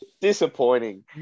Disappointing